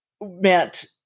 meant